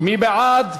מי בעד?